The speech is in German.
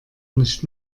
nicht